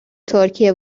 ترکیه